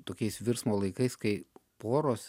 tokiais virsmo laikais kai poros